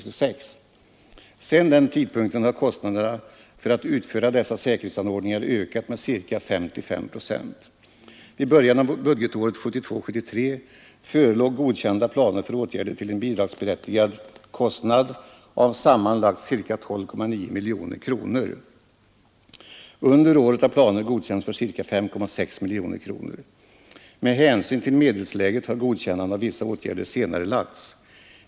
Sedan den tidpunkten har kostnaderna för att utföra dessa säkerhetsanordningar ökat med ca 55 procent. Vid början av budgetåret 1972/73 förelåg godkända planer för åtgärder till en bidragsberättigad kostnad av sammanlagt ca 12,9 miljoner kronor. Under året har planer godkänts för ca 5,5 miljoner kronor. Med hänsyn till medelsläget har godkännande av vissa åtgärder senarelagts.